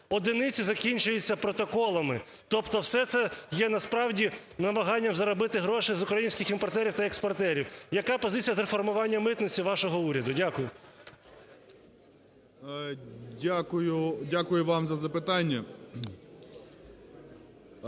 одиниці закінчуються протоколами, тобто все це є насправді намаганням заробити гроші з українських імпортерів та експортерів. Яка позиція з реформування митниці вашого уряду? Дякую. 10:49:47 ГРОЙСМАН В.Б.